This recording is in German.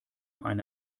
eine